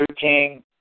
King